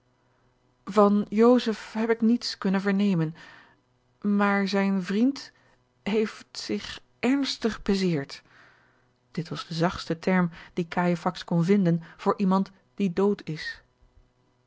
joseph heb ik niets kunnen vernemen maar zijn vriend heeft zich ernstig bezeerd dit was de zachtste term dien cajefax kon vinden voor iemand die dood is